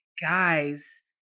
guys